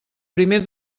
primer